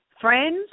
friends